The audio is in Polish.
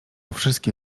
wszystkie